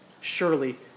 surely